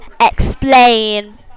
Explain